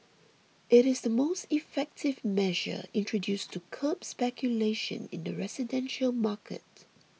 it is the most effective measure introduced to curb speculation in the residential market